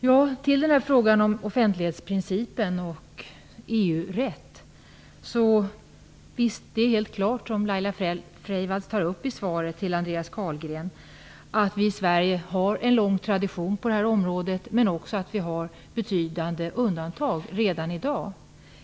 Laila Freivalds säger i sitt svar till Andreas Carlgren vad gäller offentlighetsprincipen och EU-rätt att vi i Sverige har en lång tradition på det här området men att vi också redan i dag har betydande undantag, och det är ju alldeles riktigt.